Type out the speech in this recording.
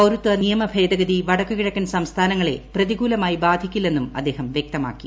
പൌരത്വ നിയമ ഭേദഗതി വടക്കു കിഴക്കൻ സംസ്ഥാനങ്ങളെ പ്രതികൂലമായി ബാധിക്കില്ലെന്നും അദ്ദേഹം വ്യക്തമാക്കി